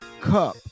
cup